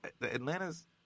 Atlanta's